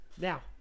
Now